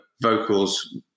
vocals –